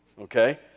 Okay